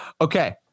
Okay